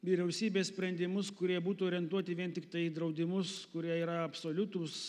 vyriausybės sprendimus kurie būtų orientuoti vien tiktai į draudimus kurie yra absoliutūs